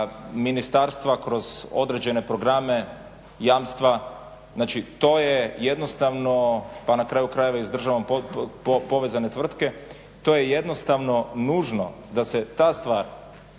ministarstva kroz određene programe, jamstva. Znači, to je jednostavno pa na kraju krajeva i s državom povezane tvrtke, to je jednostavno nužno da se ta stvar